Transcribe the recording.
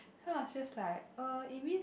so I was just like uh it means